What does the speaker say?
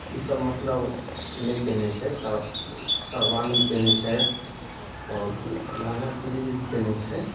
ई सब मतलब नहि पेनहइ छै सर शेरवानी पेनहइ छै आओर लहँगा चोली भी पेनहइ छै